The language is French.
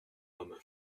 homme